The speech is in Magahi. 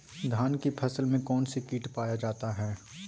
धान की फसल में कौन सी किट पाया जाता है?